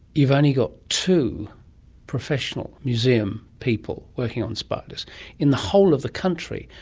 you've only got two professional museum people working on spiders in the whole of the country,